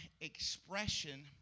expression